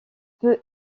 peut